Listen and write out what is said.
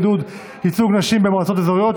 עידוד ייצוג נשים במועצות אזוריות),